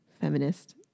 feminist